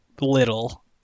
little